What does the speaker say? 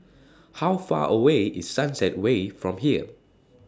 How Far away IS Sunset Way from here